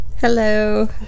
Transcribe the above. Hello